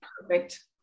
perfect